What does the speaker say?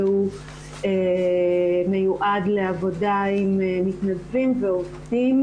והוא מיועד לעבודה עם מתנדבים ועובדים